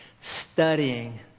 studying